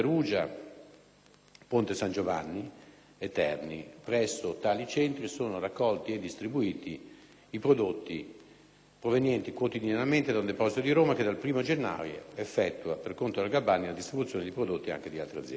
(Ponte San Giovanni) e a Terni; presso tali centri sono raccolti e distribuiti i prodotti provenienti quotidianamente da un deposito di Roma, che dal 1° gennaio effettua per conto della Galbani la distribuzione di prodotti anche di altre aziende.